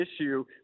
issue